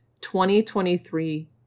2023